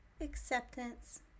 acceptance